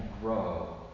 grow